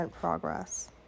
progress